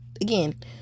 again